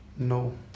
No